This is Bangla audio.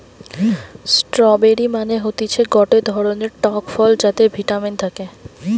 স্ট্রওবেরি মানে হতিছে গটে ধরণের টক ফল যাতে ভিটামিন থাকে